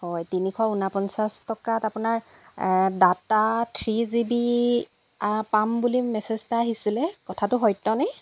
হয় তিনিশ ঊনপঞ্চাছ টকাত আপোনাৰ ডাটা থ্ৰী জি বি পাম বুলি মেচেজ এটা আহিছিলে কথাটো সত্য নে